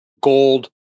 gold